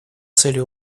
цели